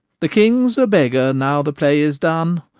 the king's a beggar, now the play is done.